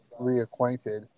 reacquainted